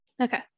Okay